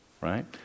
right